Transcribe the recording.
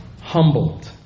Humbled